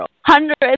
hundreds